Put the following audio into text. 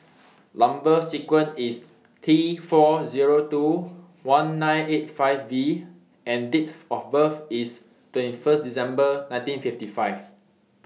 Number sequence IS T four Zero two one nine eight five V and Date of birth IS twenty one December nineteen fifty five